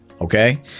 okay